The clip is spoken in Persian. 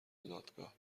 دادگاه